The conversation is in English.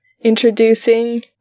introducing